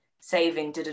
saving